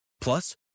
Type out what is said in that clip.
Plus